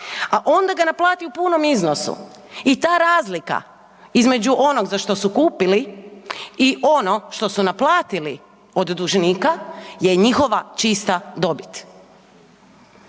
a onda ga naplati u punom iznosu i ta razlika između onog za što su kupili i ono što su naplatili od dužnika je njihova čista dobit.